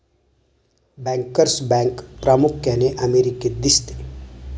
bankers bank प्रामुख्याने अमेरिकेत दिसते